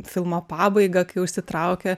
filmo pabaigą kai užsitraukia